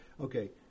Okay